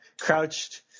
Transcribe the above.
crouched